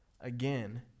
Again